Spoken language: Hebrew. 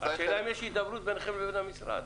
השאלה היא: האם יש הידברות ביניכם לבין המשרד?